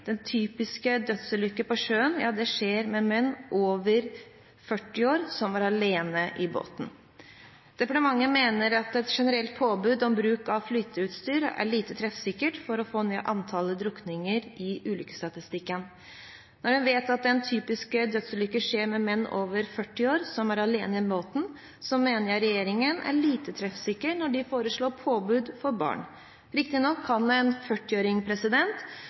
Den typiske dødsulykken på sjøen skjer med menn over 40 år som er alene i båten. Departementet mener at et generelt påbud om bruk av flyteutstyr er lite treffsikkert for å få ned antallet drukninger i ulykkesstatistikken. Når en vet at den typiske dødsulykken skjer med menn over 40 år som er alene i båten, mener jeg regjeringen er lite treffsikker når de foreslår påbud for barn. Riktignok kan